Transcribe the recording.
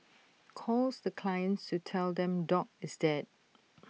calls the clients to tell them dog is dead